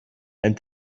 and